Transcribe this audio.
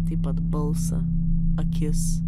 taip pat balsą akis